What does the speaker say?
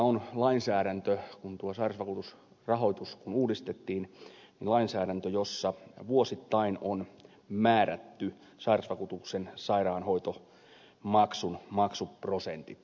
kun sairausvakuutusrahoitus uudistettiin niin meillä on lainsäädäntö jossa vuosittain on määrätty sairausvakuutuksen sairaanhoitomaksun maksuprosentit